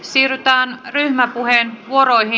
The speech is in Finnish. siirrytään ryhmäpuheenvuoroihin